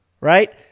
right